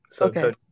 Okay